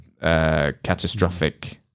catastrophic